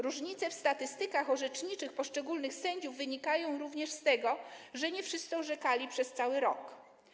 Różnice w statystykach orzeczniczych poszczególnych sędziów wynikają również z tego, że nie wszyscy orzekali przez cały rok.